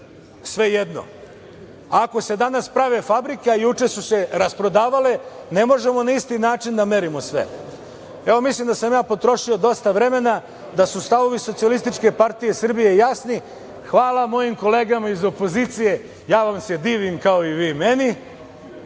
svejedno. Ako se danas prave fabrike, a juče su se rasprodavale, ne možemo na isti način da merimo sve. Mislim da sam potrošio dosta vremena, da su stavovi Socijalističke partije Srbije jasni. Hvala mojim kolegama iz opozicije. Ja vam se divim, kao i vi